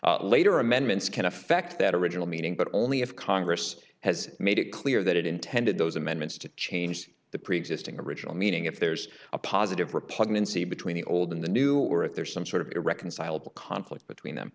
acted later amendments can affect that original meaning but only if congress has made it clear that it intended those amendments to change the preexisting original meaning if there's a positive repugnancy between the old and the new or if there is some sort of irreconcilable conflict between them